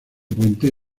puente